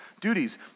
duties